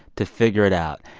to figure it out.